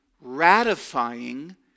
ratifying